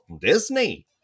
Disney